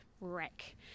wreck